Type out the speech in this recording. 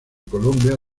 colombia